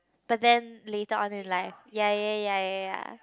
but then later on you will like ya ya ya ya ya